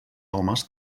homes